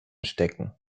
stecken